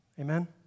Amen